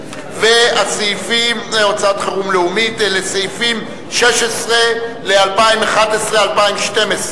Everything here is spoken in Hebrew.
על סעיף 16 ל-2011 ו-2012,